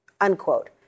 unquote